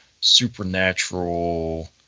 supernatural